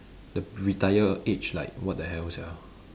the retire age like what the hell sia